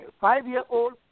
five-year-old